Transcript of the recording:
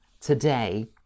today